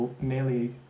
nearly